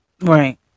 Right